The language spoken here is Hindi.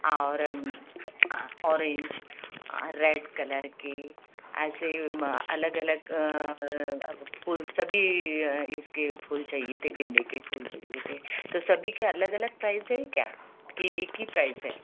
और ऑरेंज रेड कलर के ऐसे अलग अलग फूल सभी इसके फूल चाहिए थे गेंदे के फूल चाहिए थे तो सभी के अलग अलग प्राइज़ है क्या की एक ही प्राइज़ है